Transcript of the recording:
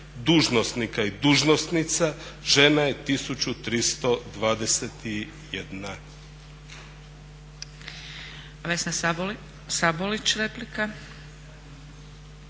dužnosnika i dužnosnica žena je 1321.